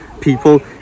people